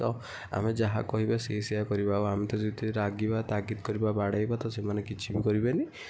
ତ ଆମେ ଯାହା କହିବା ସିଏ ସେଇଆ କରିବ ଆଉ ଆମେ ତାକୁ ଯେତେ ରାଗିବା ତାଗିଦ୍ କରିବା ବାଡ଼େଇବା ତ ସେମାନେ କିଛି ବି କରିବେନି ତ